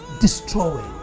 destroying